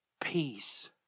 peace